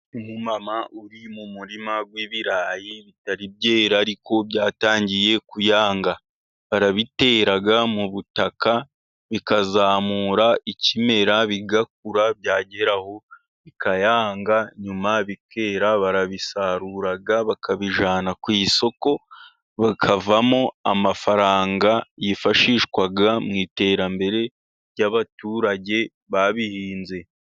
Umumama uri mu murima w'ibirayi bitari byera ariko byatangiye kuyanga, babitera mu butaka bikazamura ikimera bigakura, byageraho bikayanga nyuma bikera. Barabisarura bakabijyana ku isoko hakavamo amafaranga, yifashishwa mu iterambere ry'abaturage babihinze.